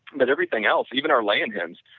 but everything else, even our laying hens,